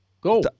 Go